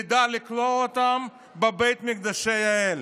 נדע לכלוא אותם בבית מקדשי האל"